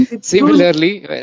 Similarly